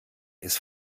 ist